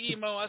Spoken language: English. Emo